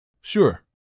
Sure